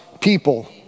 people